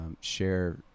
share